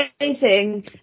amazing